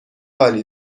حالی